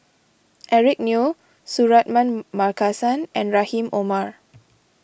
Eric Neo Suratman Markasan and Rahim Omar